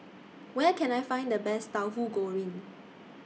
Where Can I Find The Best Tahu Goreng